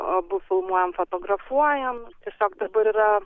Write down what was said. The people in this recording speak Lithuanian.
abu filmuojam fotografuojam tiesiog dabar yra